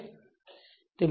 તેથી તેને થોડુક Rf બનાવો